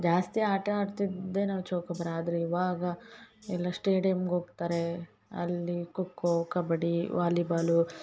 ಜಾಸ್ತಿ ಆಟ ಆಡ್ತಿದ್ದೇ ನಾವು ಚೌಕಾಬಾರ ಆದರೆ ಇವಾಗ ಎಲ್ಲಾ ಸ್ಟೇಡಿಯಮ್ಗೆ ಹೋಗ್ತಾರೆ ಅಲ್ಲಿ ಖೋಖೋ ಕಬಡ್ಡಿ ವಾಲಿಬಾಲು